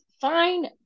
fine